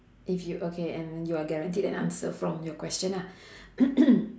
if you okay and you are guaranteed an answer from your question ah